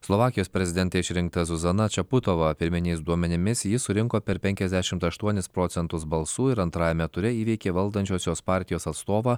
slovakijos prezidente išrinkta zuzana čiaputova pirminiais duomenimis jis surinko per penkiasdešimt aštuonis procentus balsų ir antrajame ture įveikė valdančiosios partijos atstovą